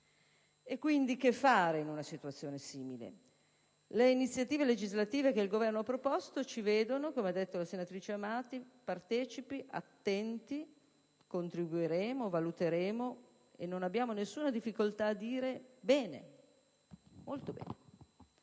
chiedere cosa fare in una simile situazione. Le iniziative legislative che il Governo ha proposto ci vedono - come ha detto la senatrice Amati - partecipi, attenti. Contribuiremo, valuteremo e non avremo nessuna difficoltà a dire: bene, molto bene.